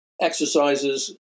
exercises